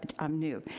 and i'm new.